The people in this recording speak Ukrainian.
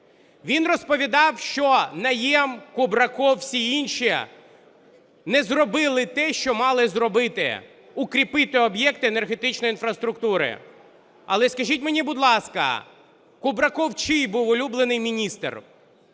Він розповідав, що Найєм, Кубраков, всі інші не зробили те, що мали зробити, – укріпити об'єкти енергетичної інфраструктури. Але скажіть мені, будь ласка, Кубраков чий був улюблений міністр?